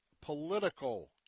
political